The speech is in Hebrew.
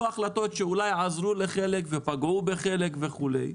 החלטות שאולי עזרו לחלק ופגעו בחלק וכולי.